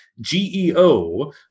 GEO